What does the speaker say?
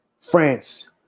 France